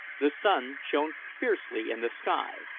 the sun shone fiercely in the sky,